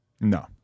No